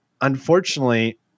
Unfortunately